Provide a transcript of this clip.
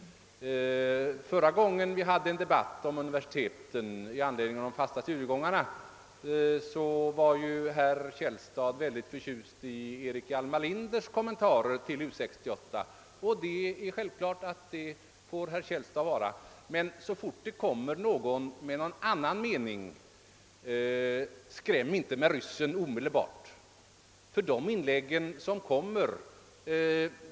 Förra gången vi hade en debatt om universiteten, i anledning av de fasta studiegångarna, var herr Källstad förtjust över Erik Hjalmar Linders kommentarer till U 68. Det får herr Källstad självfallet vara, men skräm in te omedelbart med ryssen, om någon som har en annan mening framträder!